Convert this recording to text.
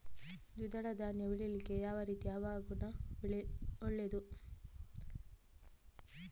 ದ್ವಿದಳ ಧಾನ್ಯ ಬೆಳೀಲಿಕ್ಕೆ ಯಾವ ರೀತಿಯ ಹವಾಗುಣ ಒಳ್ಳೆದು?